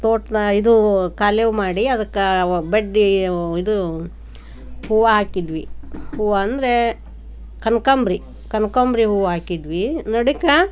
ತೋಟದಾ ಇದು ಕಾಲೇವು ಮಾಡಿ ಅದಕ್ಕೆ ಬಡ್ಡಿ ಇದು ಹೂವು ಹಾಕಿದ್ವಿ ಹೂವು ಅಂದರೆ ಕನಕಾಂಬ್ರಿ ಕನಕಾಂಬ್ರಿ ಹೂವು ಹಾಕಿದ್ವಿ ನಡುವೆ